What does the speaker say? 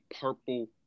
Purple